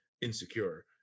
insecure